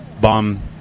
bomb